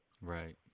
Right